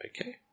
Okay